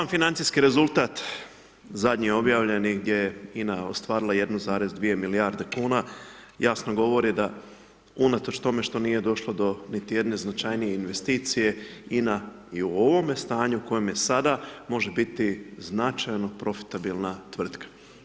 Sam financijski rezultat zadnji objavljeni gdje je INA ostvarila 1,2 milijarde kuna jasno govori da unatoč tome što nije došlo do niti jedne značajnije investicije, INA je u ovome stanju u kojem je sada, može biti značajno profitabilna tvrtka.